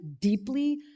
deeply